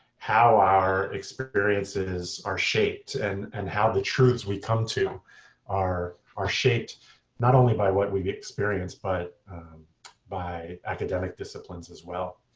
how our experiences are shaped and and how the truths we come to are shaped not only by what we've experienced, but by academic disciplines as well.